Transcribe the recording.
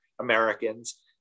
Americans